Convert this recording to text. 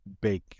big